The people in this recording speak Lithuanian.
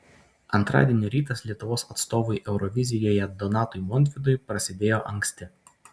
antradienio rytas lietuvos atstovui eurovizijoje donatui montvydui prasidėjo anksti